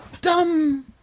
dumb